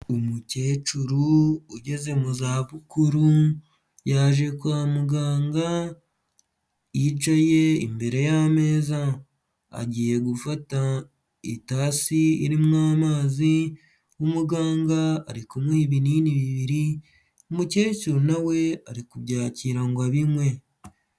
Umukecuru ugeze mu za bukuru yaje kwa muganga, yicaye imbere y'ameza, agiye gufata itasi irimo amazi, umuganga ari kumuha ibinini bibiri umukecuru na we ari kubyakira ngo abinywe.